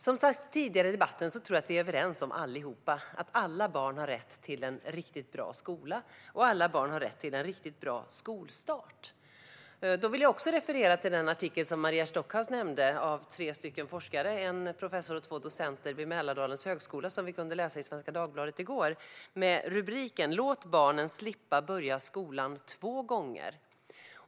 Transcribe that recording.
Som har sagts tidigare i debatten tror jag att vi alla är överens om att alla barn har rätt till en riktigt bra skola och att alla barn har rätt till en riktigt bra skolstart. Även jag vill därför referera till den artikel som Maria Stockhaus nämnde av tre forskare - en professor och två docenter - vid Mälardalens högskola. Vi kunde läsa den i Svenska Dagbladet igår, och rubriken var "Låt barnen slippa börja skolan två gånger".